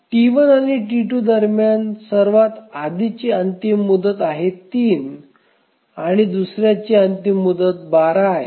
T1 आणि T2 दरम्यान सर्वात आधीची अंतिम मुदत आहे 3 आणि दुसर्याची अंतिम मुदत 12 आहे